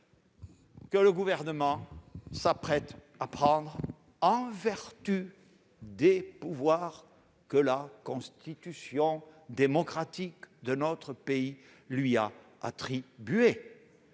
que le Gouvernement s'apprête à prendre en vertu des pouvoirs que la Constitution démocratique de notre pays lui a attribués.